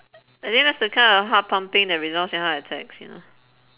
I think that's the kind of heart pumping that results in heart attacks you know